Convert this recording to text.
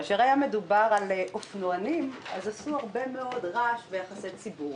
כאשר היה מדובר על אופנוענים אז עשו הרבה מאוד רעש ויחסי ציבור.